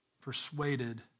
persuaded